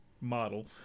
model